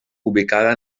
ubicada